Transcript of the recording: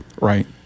Right